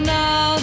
now